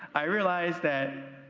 i realized that